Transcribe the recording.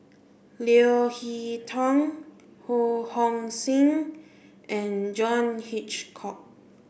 Leo Hee Tong Ho Hong Sing and John Hitchcock